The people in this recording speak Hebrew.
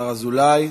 השר אזולאי.